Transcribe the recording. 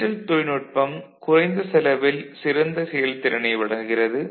digital தொழில்நுட்பம் குறைந்த செலவில் சிறந்த செயல்திறனை வழங்குகிறது